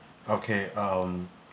okay um